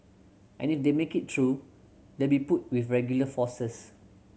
and if they make it through they'll be put with regular forces